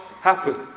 happen